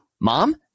Mom